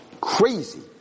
crazy